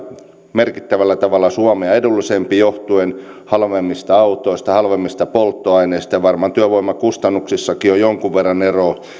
merkittävällä tavalla suomea edullisempia johtuen halvemmista autoista halvemmista polttoaineista ja varmaan työvoimakustannuksissakin on jonkun verran eroa